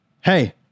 Hey